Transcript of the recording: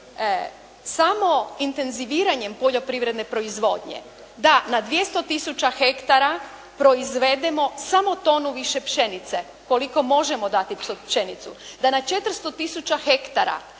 samo intenziviranjem poljoprivredne proizvodnje, da na 200 tisuća hektara proizvedemo samo tonu više pšenice koliko možemo dati tu pšenicu, da na 400 hektara